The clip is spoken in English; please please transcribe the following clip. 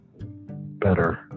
better